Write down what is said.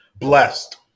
Blessed